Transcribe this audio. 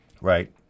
right